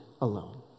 alone